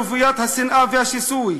רוויית השנאה והשיסוי.